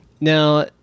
Now